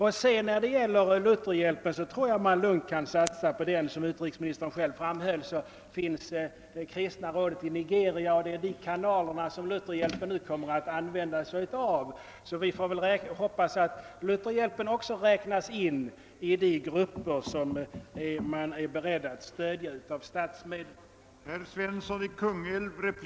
Jag tror att man lugnt kan satsa på Lutherhjälpen. Som utrikesministern framhöll har vi det kristna rådet i Nigeria, och det är en av de kanaler som Lutherhjälpen kommer att använda. Vi får alltså hoppas att Lutherhjälpen kan räknas in bland de grupper som man är beredd att stödja med statsmedel.